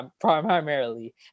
Primarily